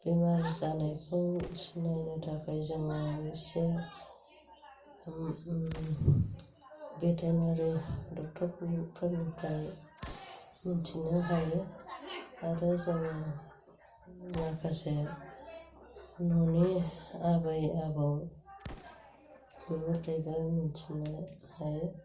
बेमार जानायखौ सिनायनो थाखाय जोङो एसे भेटेनारि ड'क्टरफोरनिफ्राय मिन्थिनो हायो आरो जोङो माखासे न'नि आबै आबौनिफ्रायबो मिन्थिनो हायो